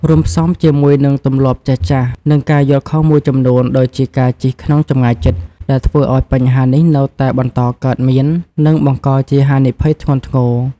រួមផ្សំជាមួយនឹងទម្លាប់ចាស់ៗ និងការយល់ខុសមួយចំនួនដូចជាការជិះក្នុងចម្ងាយជិត ដែលធ្វើឱ្យបញ្ហានេះនៅតែបន្តកើតមាន និងបង្កជាហានិភ័យធ្ងន់ធ្ងរ។